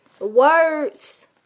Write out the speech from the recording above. words